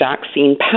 vaccine